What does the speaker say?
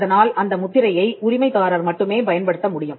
அதனால் அந்த முத்திரையை உரிமைதாரர் மட்டுமே பயன்படுத்த முடியும்